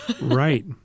Right